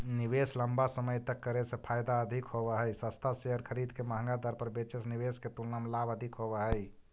निवेश लंबा समय तक करे से फायदा अधिक होव हई, सस्ता शेयर खरीद के महंगा दर पर बेचे से निवेश के तुलना में लाभ अधिक होव हई